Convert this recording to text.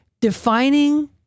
defining